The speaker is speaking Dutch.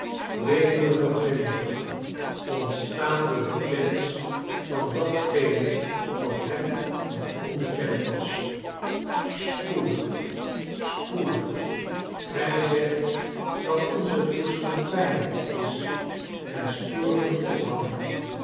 weemoedigen glimlach ontstaan door de kennis van datgene wat hem nog onbekend was spoedig spoedig gij zegt dat onze toestand pijnlijk is en spoedig moet ophouden